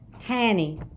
Tanny